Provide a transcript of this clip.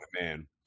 Man